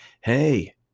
hey